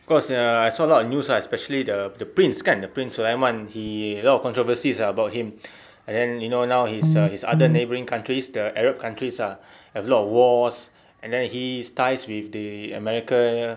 cause ya I saw a lot of news right especially the the prince kan the prince sulaiman he a lot of controversies about him and then you know now his his other neighbouring countries the arab countries ah have a lot of war and then his ties with the america nya